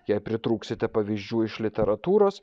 jei pritrūksite pavyzdžių iš literatūros